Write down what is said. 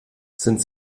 sind